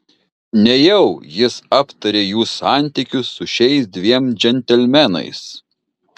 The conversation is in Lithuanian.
nejau jis aptarė jų santykius su šiais dviem džentelmenais